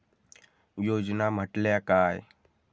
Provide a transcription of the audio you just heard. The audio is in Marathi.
योजना म्हटल्या काय?